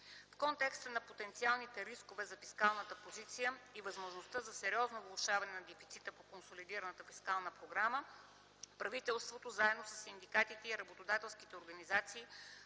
В контекста на потенциалните рискове за фискалната позиция и възможността за сериозно влошаване на дефицита по консолидираната фискална програма. Правителството заедно със синдикатите и работодателски организации